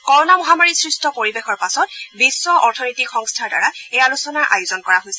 corona মহামাৰী সৃষ্ট পৰিৱেশৰ পাছত বিশ্ব অৰ্থনৈতিক সংস্থাৰ দ্বাৰা এই আলোচনাৰ আয়োজন কৰা হৈছে